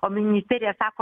o ministerija sako